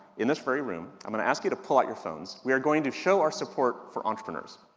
in this very room, i'm going to ask you to pull out your phones, we're going to show our support for entrepreneurs.